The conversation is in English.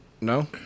no